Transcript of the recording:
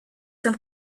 from